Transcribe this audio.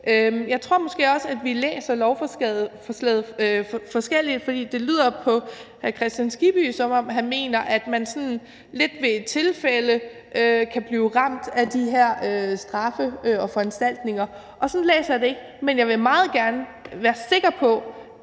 Jeg tror måske også, at vi læser lovforslaget forskelligt, for det lyder på hr. Hans Kristian Skibby, som om han mener, at man sådan lidt ved et tilfælde kan blive ramt af de her straffeforanstaltninger – sådan læser jeg det ikke. Men jeg vil meget gerne være sikker på,